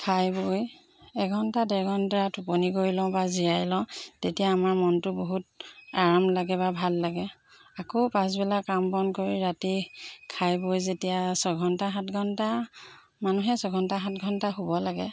খাই বৈ এঘণ্টা ডেৰঘণ্টা টোপনি গৈ লওঁ বা জিৰাই লওঁ তেতিয়া আমাৰ মনটো বহুত আৰাম লাগে বা ভাল লাগে আকৌ পাছবেলা কাম বন কৰি ৰাতি খাই বৈ যেতিয়া ছঘণ্টা সাতঘণ্টা মানুহে ছঘণ্টা সাতঘণ্টা শুব লাগে